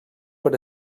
per